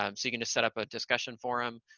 um so you can just set up a discussion forum,